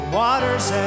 water's